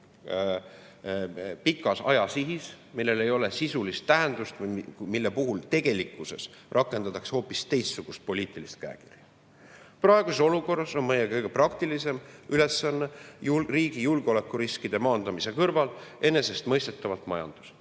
pikaaegses sihis, millel ei ole sisulist tähendust või mille puhul tegelikkuses rakendatakse hoopis teistsugust poliitilist käekirja. Praeguses olukorras on meie kõige praktilisem ülesanne riigi julgeolekuriskide maandamise kõrval enesestmõistetavalt majandus.